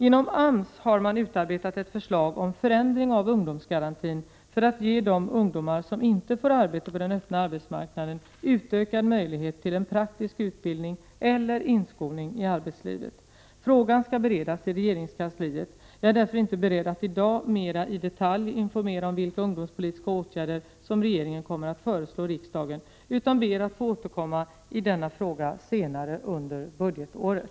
Inom AMS har man utarbetat ett förslag om förändring av ungdomsgarantin för att ge de ungdomar som inte får arbete på den öppna arbetsmarknaden utökad möjlighet till en praktisk utbildning eller inskolning i arbetslivet. Frågan skall beredas i regeringskansliet. Jag är därför inte beredd att i dag mera i detalj informera om vilka ungdomspolitiska åtgärder som regeringen kommer att föreslå riksdagen utan ber att få återkomma i denna fråga senare under budgetåret.